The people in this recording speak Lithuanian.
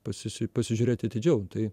pasisiu pasižiūrėti atidžiau tai